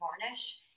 Varnish